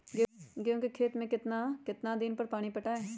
गेंहू के खेत मे कितना कितना दिन पर पानी पटाये?